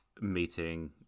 meeting